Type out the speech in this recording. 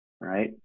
right